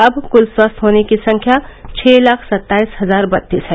अब कूल स्वस्थ होने की संख्या छः लाख सत्ताईस हजार बत्तीस है